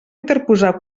interposar